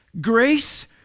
grace